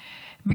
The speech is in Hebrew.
לעיתים,